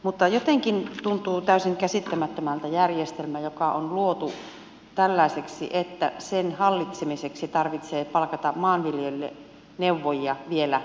mutta jotenkin tuntuu täysin käsittämättömältä järjestelmä joka on luotu tällaiseksi että sen hallitsemiseksi tarvitsee palkata maanviljelijöille neuvojia vielä erikseen